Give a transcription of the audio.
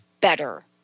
better